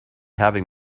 having